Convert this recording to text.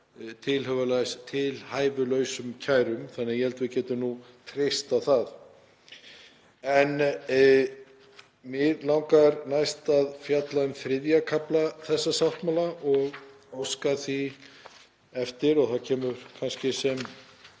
tilhæfulausum kærum þannig að ég held að við getum treyst á það. Mig langar næst að fjalla um III. kafla þessa sáttmála og óska því eftir, og það kemur forseta